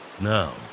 Now